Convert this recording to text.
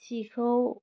सिखौ